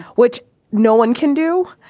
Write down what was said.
which no one can do.